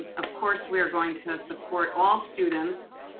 ah of course we are going to support all students.